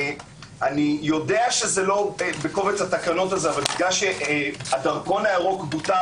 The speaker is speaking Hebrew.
אני יודע שזה לא בקובץ התקנות האלה אבל בגלל שהדרכון הירוק בוטל